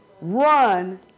Run